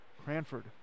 Cranford